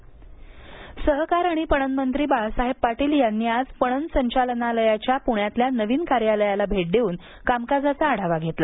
पणन विभाग नुतनीकरण सहकार आणि पणन मंत्री बाळासाहेब पाटील यांनी आज पणन संचालनालयाच्या पुण्यातल्या नवीन कार्यालयाला भेट देऊन कामकाजाचा आढावा घेतला